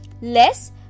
less